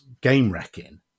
game-wrecking